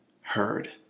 heard